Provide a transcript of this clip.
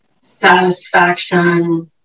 satisfaction